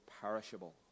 perishable